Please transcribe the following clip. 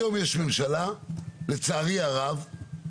היום יש ממשלה לצערי הרב,